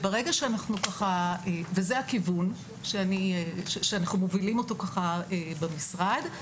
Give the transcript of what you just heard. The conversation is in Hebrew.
זה הכיוון שאנחנו מובילים אותו במשרד.